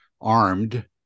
armed